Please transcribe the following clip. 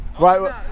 Right